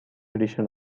edition